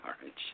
orange